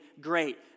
great